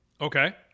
Okay